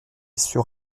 sur